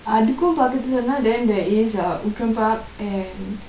அதுக்கு பக்கத்துலனா:athukku pakathulanaa there is outram park and